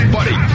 Buddy